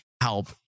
help